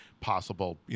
possible